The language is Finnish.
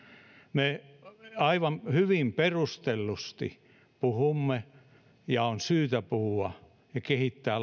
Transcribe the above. me hyvin perustellusti puhumme laadukkaasta varhaiskasvatuksesta ja lastensuojelusta ja on syytä puhua ja kehittää